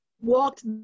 walked